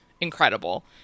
incredible